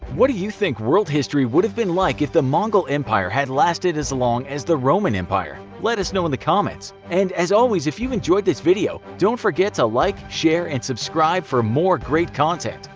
what do you think world history would have been like if the mongol empire had lasted as long as the roman empire? let us know in the comments! and as always if you enjoyed this video don't forget to like, share, and subscribe for more great content!